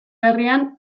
herrian